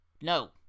No